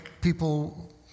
people